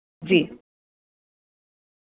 जी